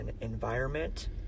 environment